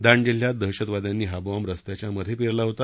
दांड जिल्ह्यात दहशतवाद्यांनी हा बॉम्ब रस्त्याच्या मधे पेरला होता